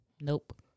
Nope